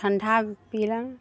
ठण्डा पीलक